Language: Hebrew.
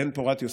בן פורת יוסף,